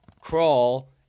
crawl